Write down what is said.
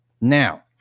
Now